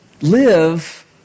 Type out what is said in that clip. live